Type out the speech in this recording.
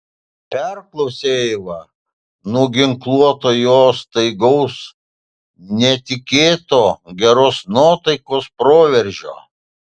perklausė eiva nuginkluota jo staigaus netikėto geros nuotaikos proveržio